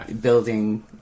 building